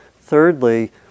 Thirdly